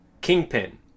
Kingpin